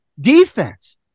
Defense